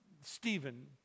Stephen